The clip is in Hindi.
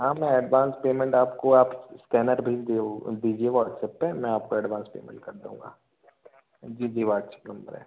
हाँ मैं एडवांस पेमेंट आपको आप स्कैनर भेज दिए ओ दीजिए व्हाट्सएप पर मैं आपको एडवांस पेमेंट कर दूँगा जी जी व्हाट्सएप नंबर है